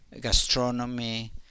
gastronomy